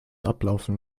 ablaufen